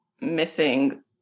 missing